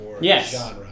Yes